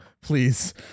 please